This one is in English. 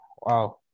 Wow